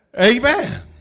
Amen